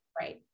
Right